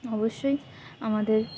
অবশ্যই আমাদের